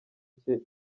cye